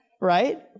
right